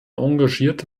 engagierte